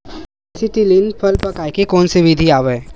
Acetylene फल पकाय के कोन सा विधि आवे?